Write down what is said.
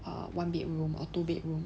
or one bedroom or two bedroom